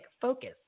focus